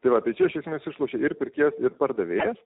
tai va tai čia iš esmės išlošia ir pirkėjas ir pardavėjas